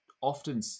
often